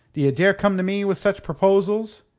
d'ye dare come to me with such proposals?